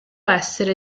essere